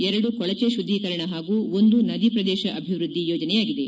ಎರಡು ಕೊಳಜೆ ಶುದ್ಲೀಕರಣ ಹಾಗೂ ಒಂದು ನದಿ ಪ್ರದೇಶ ಅಭಿವೃದ್ಲಿ ಯೋಜನೆಯಾಗಿದೆ